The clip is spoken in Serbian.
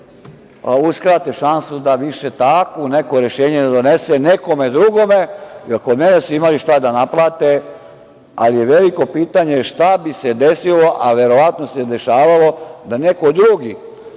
uskrate šansu da više takvo neko rešenje ne donese nekome drugome, jer kod mene su imali šta da naplate, ali je veliko pitanje šta bi se desilo, a verovatno se dešavalo da neko drugi